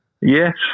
Yes